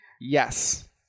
yes